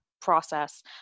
process